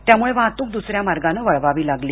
त्यामुळे वाहतूक दु्सऱ्या मार्गाने वळवावी लागली